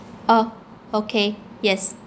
oh okay yes